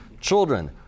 Children